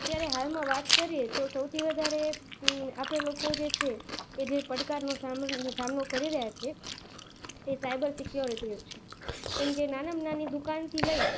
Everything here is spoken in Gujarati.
અત્યારે હાલમાં વાત કરીએ તો સૌથી વધારે આપણે લોકો જે છે એ જે પડકારનો સામનો સામનો કરી રહ્યાં છે એ સાઈબર સિક્યોરિટીનો છે કેમે કે નાનામાં નાની દુકાનથી લઈ